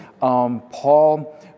Paul